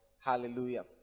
hallelujah